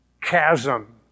chasm